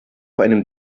einem